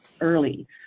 early